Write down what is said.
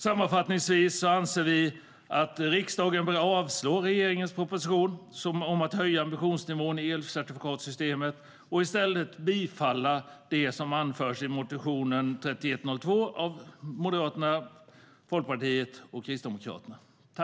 Sammanfattningsvis anser vi att riksdagen bör avslå regeringens proposition om att höja ambitionsnivån i elcertifikatssystemet och i stället bifalla det som anförs i motionen 2014/15:3102 av Moderaterna, Folkpartiet och Kristdemokraterna.